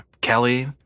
Kelly